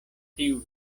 tiu